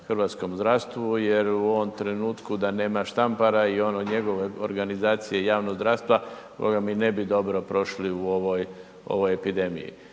hrvatskom zdravstvu jer u ovom trenutku da nema Štampara i one njegove organizacije javnog zdravstva, … ne bi dobro prošli u ovoj epidemiji.